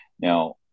Now